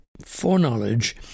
foreknowledge